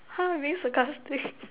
ha I'm being sarcastic